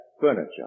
furniture